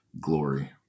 glory